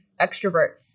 extrovert